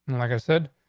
like i said,